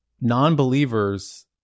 non-believers